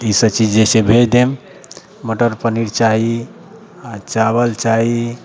ईसब चीज जे छै भेज देब मटर पनीर चाही आ चाबल चाही